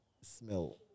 smell